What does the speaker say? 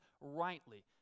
rightly